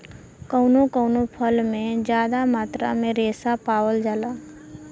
कउनो कउनो फल में जादा मात्रा में रेसा पावल जाला